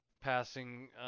passing